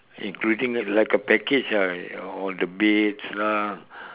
including like a package ah all the baits lah